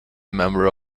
member